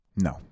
No